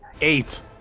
eight